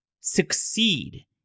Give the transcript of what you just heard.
succeed